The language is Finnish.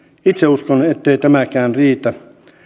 itse uskon ettei tämäkään riitä